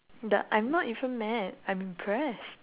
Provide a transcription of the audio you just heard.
the I'm not even mad I'm impress